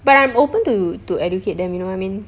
but I'm open to to educate them you know what I mean